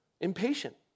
Impatient